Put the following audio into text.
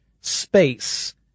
space